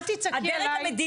אל תצעקי עליי.